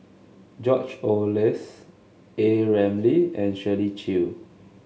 George Oehlers A Ramli and Shirley Chew